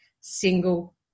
single